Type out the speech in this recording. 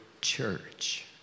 church